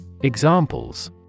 Examples